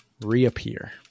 reappear